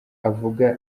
avuga